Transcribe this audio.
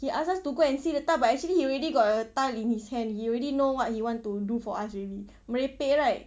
he ask us to go and see the tile but actually he already got a tile in his hand he already know what he want to do for us already merepek right